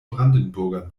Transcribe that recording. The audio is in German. brandenburger